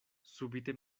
subite